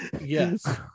Yes